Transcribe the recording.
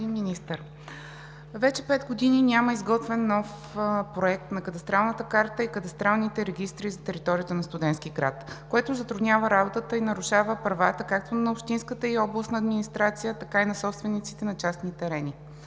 вече пет години няма изготвен нов проект на кадастралната карта и кадастралните регистри за територията на Студентски град, което затруднява работата и нарушава правата както на общинската и областна администрация, така и на собствениците на частни терени.